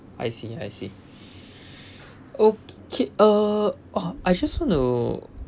I see I see okay uh oh I just want to